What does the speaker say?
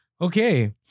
Okay